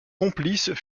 complices